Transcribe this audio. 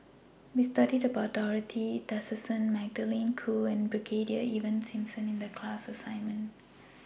We studied about Dorothy Tessensohn Magdalene Khoo and Brigadier Ivan Simson in The class assignment